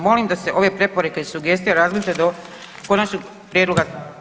Molim da se ove preporuke i sugestije razmotre do konačnog prijedloga.